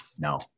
No